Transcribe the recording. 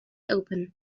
open